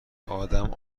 ادم